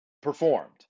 performed